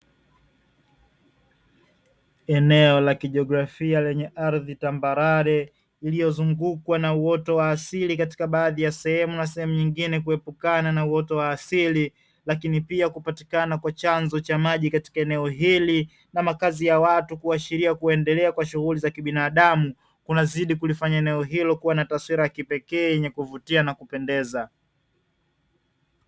Eneo la kijiografia lenye ardhi tambarare iliyozungukwa na uoto wa asili katika baadhi ya sehemu na sehemu nyingine kuepukana na uwezo wa asili, lakini pia kupatikana kwa chanzo cha maji katika eneo hili na makazi ya watu kuashiria kuendelea kwa shughuli za kibinadamu kunazidi kulifanya eneo hilo kuwa na taswira ya kipekee yenye kuvutia na kupendeza.